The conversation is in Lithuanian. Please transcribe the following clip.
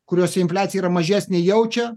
kuriose infliacija yra mažesnė jaučia